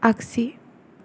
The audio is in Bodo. आगसि